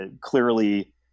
clearly